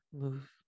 move